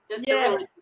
yes